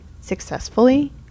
successfully